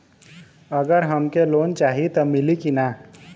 अगर हमके लोन चाही त मिली की ना?